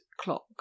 clock